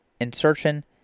insertion